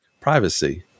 privacy